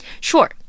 Sure